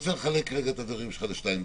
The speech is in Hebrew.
אני רוצה לחלק את הדברים שלך לשניים.